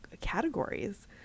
categories